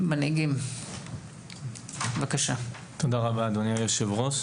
תודה רבה, אדוני היושב-ראש.